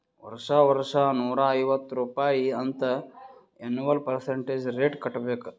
ವರ್ಷಾ ವರ್ಷಾ ನೂರಾ ಐವತ್ತ್ ರುಪಾಯಿ ಅಂತ್ ಎನ್ವಲ್ ಪರ್ಸಂಟೇಜ್ ರೇಟ್ ಕಟ್ಟಬೇಕ್